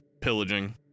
pillaging